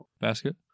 basket